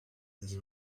this